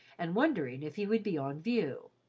and wondering if he would be on view.